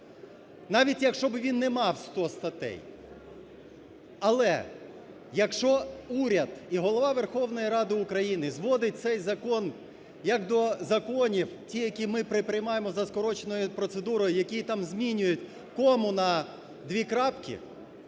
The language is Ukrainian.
навіть якщо би він не мав ста статей. Але, якщо уряд і Голова Верховної Ради України зводить цей закон як до законів, ті, які ми приймаємо за скороченою процедурою, які там змінюють кому на дві крапки,